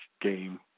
game